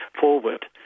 forward